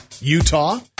Utah